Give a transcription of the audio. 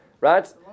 right